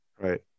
Right